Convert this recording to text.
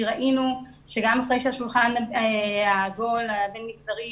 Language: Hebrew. ראינו שגם אחרי שהשולחן העגול הבין-משרדי